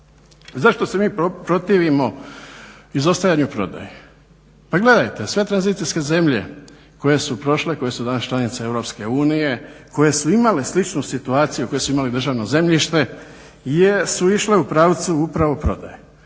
Zašto se mi protivimo izostavljanju prodaje? Pa gledajte sve tranzicijske zemlje koje su prošle koje su danas članice EU koje su imale sličnu situaciju, koje su imale državno zemljište jesu išle u pravcu upravo prodaje.